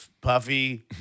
puffy